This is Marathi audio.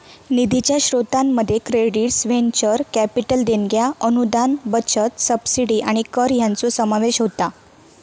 निधीच्या स्रोतांमध्ये क्रेडिट्स, व्हेंचर कॅपिटल देणग्या, अनुदान, बचत, सबसिडी आणि कर हयांचो समावेश होता